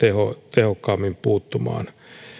tehokkaammin puuttumaan